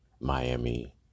Miami